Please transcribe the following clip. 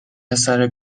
پسره